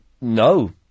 No